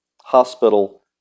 Hospital